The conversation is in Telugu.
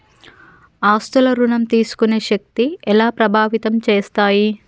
ఆస్తుల ఋణం తీసుకునే శక్తి ఎలా ప్రభావితం చేస్తాయి?